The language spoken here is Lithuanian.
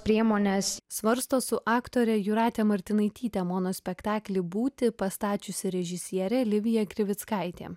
priemones svarsto su aktore jūratė martinaityte monospektaklį būtį pastačiusi režisierė livija krivickaitė